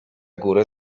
górę